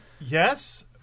yes